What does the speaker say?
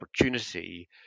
opportunity